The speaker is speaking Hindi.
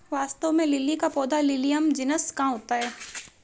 वास्तव में लिली का पौधा लिलियम जिनस का होता है